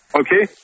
okay